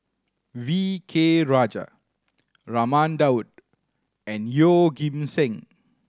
V K Rajah Raman Daud and Yeoh Ghim Seng